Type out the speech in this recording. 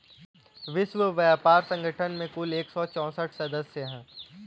विश्व व्यापार संगठन में कुल एक सौ चौसठ सदस्य हैं